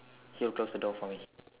he will close the door for me